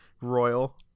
royal